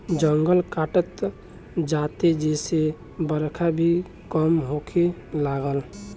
जंगल कटात जाता जेसे बरखा भी कम होखे लागल